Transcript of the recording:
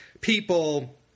People